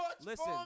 listen